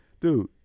dude